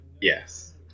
Yes